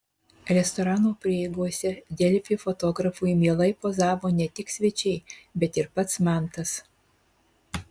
restorano prieigose delfi fotografui mielai pozavo ne tik svečiai bet ir pats mantas